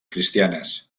cristianes